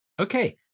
okay